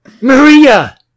Maria